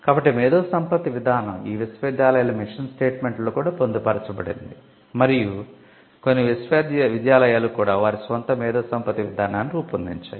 కాబట్టి మేధో సంపత్తి విధానం ఈ విశ్వవిద్యాలయాల మిషన్ స్టేట్మెంట్లలో కూడా పొందుపరచబడింది మరియు కొన్ని విశ్వవిద్యాలయాలు కూడా వారి స్వంత మేధో సంపత్తి విధానాన్ని రూపొందించాయి